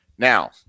Now